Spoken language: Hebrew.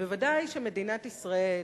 ובוודאי שמדינת ישראל,